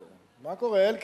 מה קורה, אלקין?